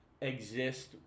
exist